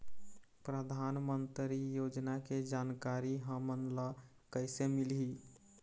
परधानमंतरी योजना के जानकारी हमन ल कइसे मिलही?